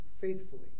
faithfully